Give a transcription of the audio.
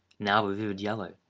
now of a vivid yellow,